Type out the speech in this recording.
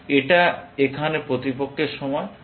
এটা এখানে প্রতিপক্ষের সময়